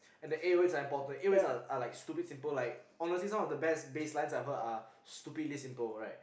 and the A O aids A O aids are are like stupid simple honestly some of the bass lines I've heard are stupidly simple